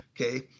okay